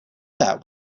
that